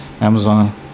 Amazon